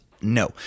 No